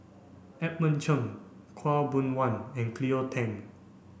Edmund Cheng Khaw Boon Wan and Cleo Thang